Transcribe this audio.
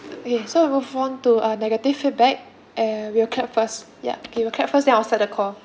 okay so we move on to uh negative feedback and we will clap first yup K we'll clap first then I'll start the call